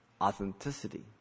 authenticity